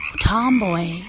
Tomboy